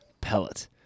Pellet